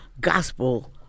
gospel